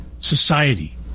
society